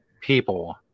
people